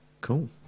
cool